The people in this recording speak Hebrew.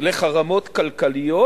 לחרמות כלכליים,